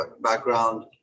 background